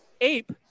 Ape